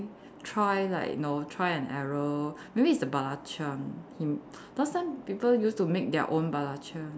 try like you know try and error maybe it's the belacan him last time people used to make their own belacan